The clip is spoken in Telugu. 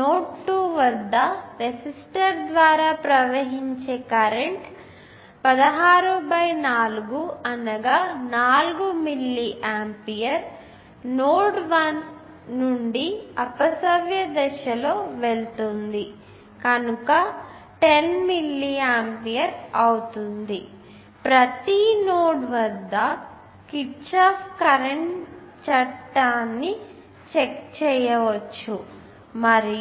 నోడ్ 2 వద్ద రెసిస్టర్ ద్వారా ప్రవహించే కరెంట్ 16 4 అనగా 4 మిల్లీ ఆంపియర్ మరియు కరెంటు నోడ్ 1 నుండి అపసవ్య దిశలో వెళుతుంది కనుక 10 మిల్లీ ఆంపియర్ అవుతుంది మరియు ప్రతి నోడ్ వద్ద కిర్చాఫ్ కరెంటు లా ని చెక్ చేయవచ్చు మరియు